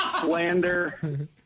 slander